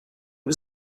was